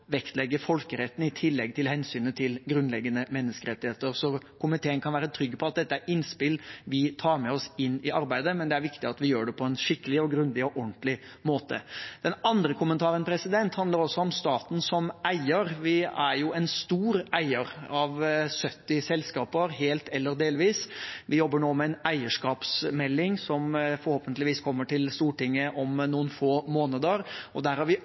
vektlegge folkeretten i tillegg til hensynet til grunnleggende menneskerettigheter. Så komiteen kan være trygg på at dette er innspill vi tar med oss inn i arbeidet, men det er viktig at vi gjør det på en skikkelig, grundig og ordentlig måte. Den andre kommentaren handler også om staten som eier. Vi er jo en stor eier, av 70 selskaper helt eller delvis. Vi jobber nå med en eierskapsmelding som forhåpentligvis kommer til Stortinget om noen få måneder, og der har vi